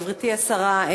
גברתי השרה,